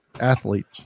athlete